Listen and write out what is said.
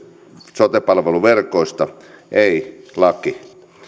sote palveluverkoista ei laki